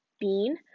Bean